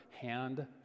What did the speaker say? hand